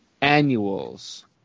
annuals